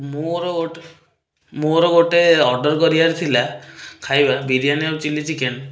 ମୋର ମୋର ଗୋଟେ ଅର୍ଡ଼ର କରିବାର ଥିଲା ଖାଇବା ବିରିୟାନୀ ଆଉ ଚିଲ୍ଲି ଚିକେନ୍